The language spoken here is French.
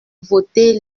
voter